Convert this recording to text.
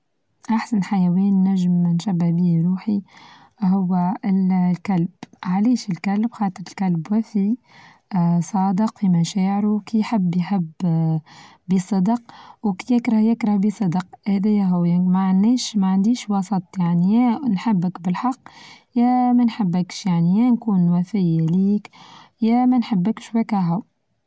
أحسن حيوان نچم نشبع بيه روحي هو الكلب، علاش الكلب خاطر الكلب وفي آآ صادق في مشاعره كيحب يحب آآ بصدق وكيكره يكره بصدق، هذايا هويا معناش ما عنديش وسط يعني يا نحبك بالحق يا منحبكش يعني يا نكون وفية ليك يا ما نحبكش ويكهو.